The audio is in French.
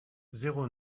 zéro